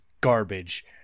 garbage